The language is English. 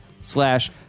slash